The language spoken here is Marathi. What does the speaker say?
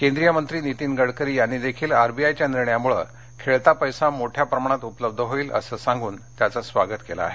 केंद्रीय मंत्री नीतीन गडकरी यांनी देखील आरबीआयच्या निर्णयांमुळे खेळता पैसा मोठ्या प्रमाणात उपलब्ध होईल असं सांगून त्याचं स्वागत केलं आहे